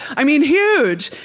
i mean, huge.